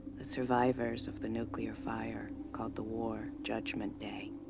the survivors of the nuclear fire called the war judgment day.